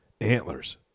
Antlers